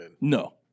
No